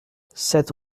sept